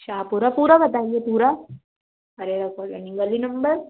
शाहपुरा पूरा बताइए पूरा अरेरा कॉलोनी गली नंबर